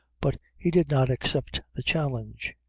but he did not accept the challenge.